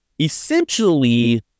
essentially